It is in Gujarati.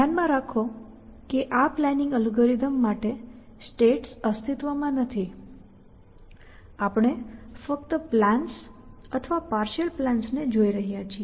ધ્યાનમાં રાખો કે આ પ્લાનિંગ અલ્ગોરિધમ માટે સ્ટેટ્સ અસ્તિત્વમાં નથી આપણે ફક્ત પ્લાન્સ અથવા પાર્શિઅલ પ્લાન્સને જોઈ રહ્યા છીએ